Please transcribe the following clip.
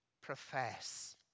profess